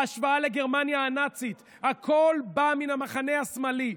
ההשוואה לגרמניה הנאצית, הכול בא מן המחנה השמאלי.